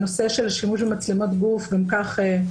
הנושא של שימוש במצלמות גוף גם כך הוא